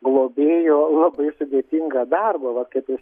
globėjo labai sudėtingą darbą vat kaip jūs